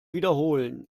wiederholen